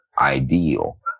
ideal